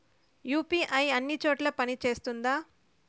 UPI అన్ని చోట్ల పని సేస్తుందా?